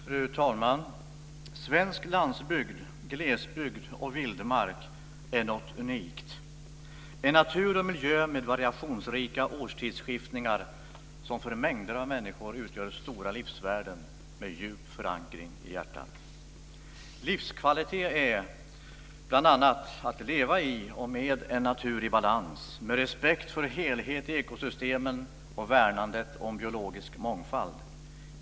Fru talman! Svensk landsbygd, glesbygd och vildmark är något unikt - en natur och miljö med variationsrika årstidsskiftningar som för mängder av människor utgör stora livsvärden med djup förankring i hjärtat. Livskvalitet är bl.a. att leva i och med en natur i balans, med respekt för helhet i ekosystemen och värnande om biologisk mångfald.